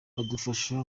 badufasha